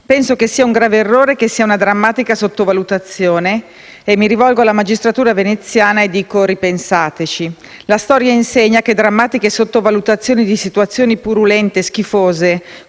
Penso che sia un grave errore, una drammatica sottovalutazione. Mi rivolgo alla magistratura veneziana e dico: «Ripensateci!». La storia insegna che drammatiche sottovalutazioni di situazioni purulente e schifose